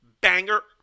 banger